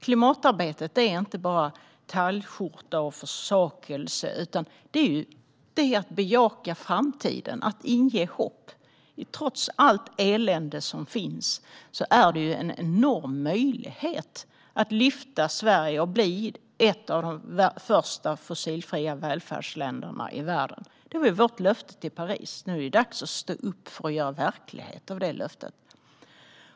Klimatarbetet är inte bara tagelskjorta och försakelse, utan det är att bejaka framtiden och att inge hopp. Trots allt elände som finns är detta en enorm möjlighet att lyfta Sverige och bli ett av de första fossilfria välfärdsländerna i världen. Det var vårt löfte i Paris, och nu är det dags att stå upp för att göra verklighet av detta löfte.